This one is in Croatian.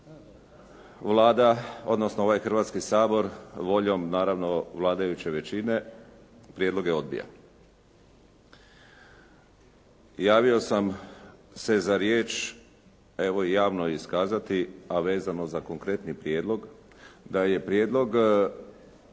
Vlada, odnosno ovaj Hrvatski sabor voljom naravno vladajuće većine, prijedloge odbija. Javio sam se za riječ evo i javno iskazati, a vezano za konkretni prijedlog, da je prijedlog